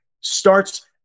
starts